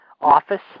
office